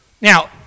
Now